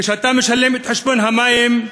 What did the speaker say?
כשאתה משלם את חשבון המים,